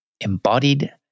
embodied